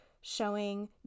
showing